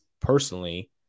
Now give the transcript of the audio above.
personally